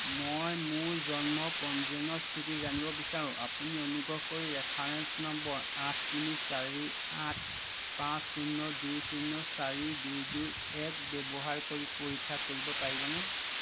মই মোৰ জন্ম পঞ্জীয়নৰ স্থিতি জানিব বিচাৰোঁ আপুনি অনুগ্ৰহ কৰি ৰেফাৰেঞ্চ নম্বৰ আঠ তিনি চাৰি আঠ পাঁচ শূন্য় দুই শূন্য় চাৰি দুই দুই এক ব্যৱহাৰ কৰি পৰীক্ষা কৰিব পাৰিবনে